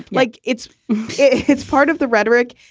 like, it's it's part of the rhetoric.